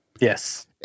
Yes